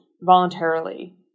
Voluntarily